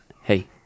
hey